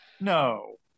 No